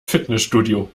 fitnessstudio